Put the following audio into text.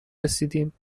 رسیدیم